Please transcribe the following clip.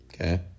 Okay